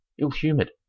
ill-humoured